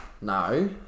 No